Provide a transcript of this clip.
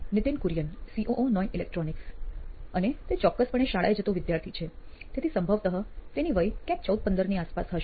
Nithin Kurian COO નોઇન electronics અને તે ચોક્કસપણે શાળાએ જતો વિદ્યાર્થી છે તેથી સંભવતઃ તેની વય ક્યાંક 14 15 ની આસપાસ હશે